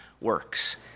works